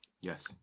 Yes